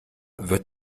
wird